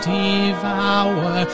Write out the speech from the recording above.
devour